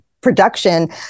production